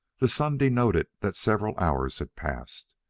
the sun denoted that several hours had passed.